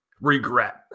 regret